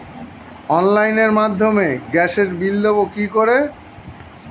অনলাইনের মাধ্যমে গ্যাসের বিল দেবো কি করে?